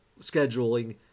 scheduling